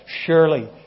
surely